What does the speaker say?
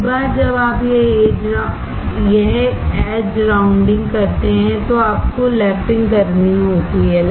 एक बार जब आप यह एज राउंडिंग करते हैं तो आपको लैपिंग करनी होती है